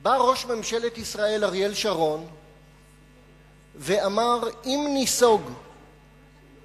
בא ראש ממשלת ישראל אריאל שרון ואמר: אם ניסוג מגוש-קטיף,